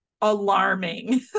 alarming